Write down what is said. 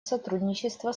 сотрудничества